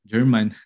German